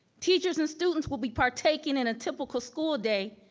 teachers and students will be partaking in a typical school day,